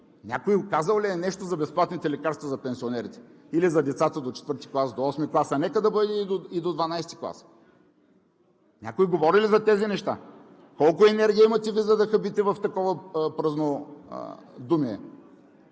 Някой казал ли е нещо за безплатните лекарства за пенсионерите или за децата до четвърти клас, до осми клас, а нека да бъде и до 12 клас? Някой говори ли за тези неща? Колко енергия имате Вие, за да хабите в такова празнодумие?